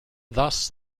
thus